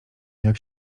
jak